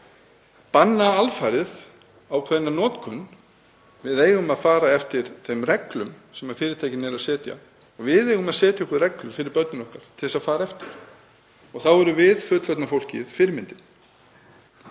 banna alfarið ákveðna notkun. Við eigum að fara eftir þeim reglum sem fyrirtækin eru að setja og við eigum að setja okkur reglur fyrir börnin okkar til að fara eftir. Þá erum við fullorðna fólkið fyrirmyndin.